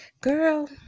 Girl